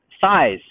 size